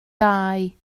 dau